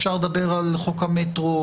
אפשר לדבר על חוק המטרו,